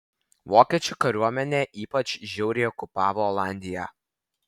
vokiečių kariuomenė ypač žiauriai okupavo olandiją